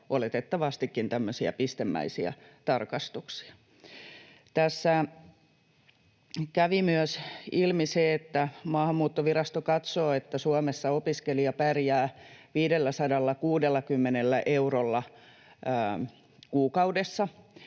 oletettavastikin, tämmöisiä pistemäisiä tarkastuksia. Tässä kävi myös ilmi se, että Maahanmuuttovirasto katsoo, että Suomessa opiskelija pärjää 560 eurolla kuukaudessa,